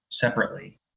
separately